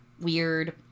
weird